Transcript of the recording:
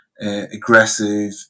aggressive